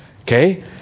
Okay